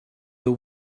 the